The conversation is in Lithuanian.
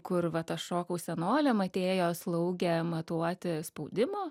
kur vat aš šokau senoliam atėjo slaugė matuoti spaudimo